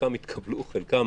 חלקם התקבלו, חלקם